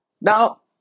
now